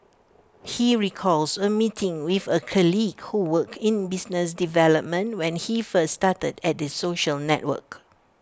he recalls A meeting with A colleague who worked in business development when he first started at the social network